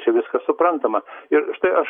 čia viskas suprantama ir tai aš